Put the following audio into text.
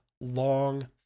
long